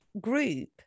group